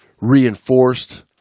reinforced